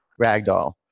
Ragdoll